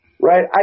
right